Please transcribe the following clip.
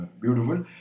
beautiful